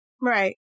right